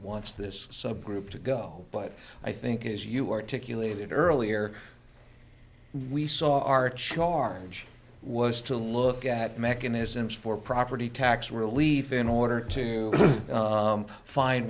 wants this subgroup to go but i think it is you articulated earlier we saw our charge was to look at mechanisms for property tax relief in order to find